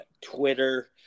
Twitter